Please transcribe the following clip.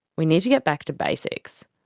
we need to get back to basics.